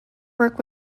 worked